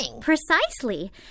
Precisely